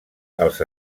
als